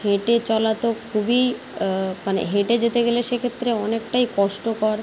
হেঁটে চলা তো খুবই মানে হেঁটে যেতে গেলে সে ক্ষেত্রে অনেকটাই কষ্টকর